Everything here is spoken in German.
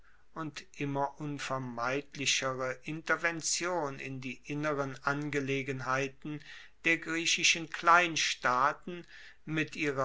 und immer unvermeidlichere intervention in die inneren angelegenheiten der griechischen kleinstaaten mit ihrer